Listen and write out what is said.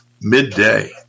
midday